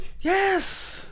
Yes